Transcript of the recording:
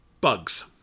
Bugs